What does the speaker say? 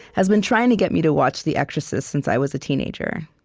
has been trying to get me to watch the exorcist since i was a teenager.